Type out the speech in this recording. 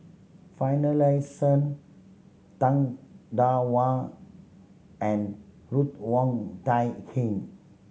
Finlayson Tang Da Wu and Ruth Wong Hie King